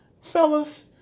Fellas